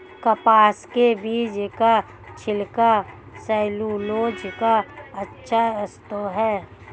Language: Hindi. कपास के बीज का छिलका सैलूलोज का अच्छा स्रोत है